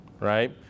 right